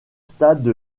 stade